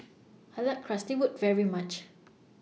I like Currywurst very much